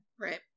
Right